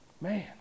Man